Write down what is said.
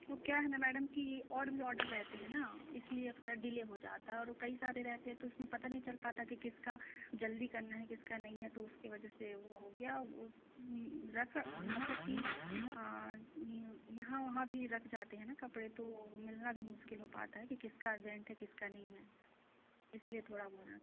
वह क्या है ना मैडम कि और भी ऑर्डर रहते हैं न इसलिए थोड़ा डिले हो जाता है और कई सारे रहते हैं तो इसमें पता नहीं चल पाता कि किसका जल्दी करना है किसका नहीं है तो उसके वजह से वह हो गया रख मतलब कि यहाँ वहाँ भी रख जाते हैं न कपड़े तो मिलना भी मुश्किल हो पाता है कि किसका अर्जेंट है किसका नहीं है इसलिए थोड़ा हो रहा है